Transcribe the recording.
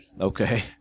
Okay